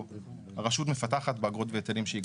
הרשות מפתחת באגרות והיטלים שהיא גובה.